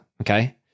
Okay